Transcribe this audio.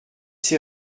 ces